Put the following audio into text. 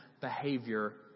behavior